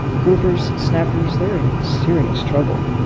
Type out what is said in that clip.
groupers, snappers, they're in serious trouble.